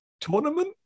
tournament